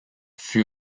fut